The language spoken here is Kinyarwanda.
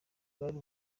bwari